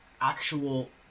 actual